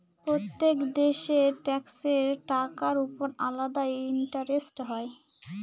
প্রত্যেক দেশের ট্যাক্সের টাকার উপর আলাদা ইন্টারেস্ট হয়